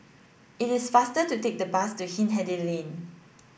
it is faster to take the bus to Hindhede Lane